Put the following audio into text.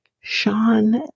Sean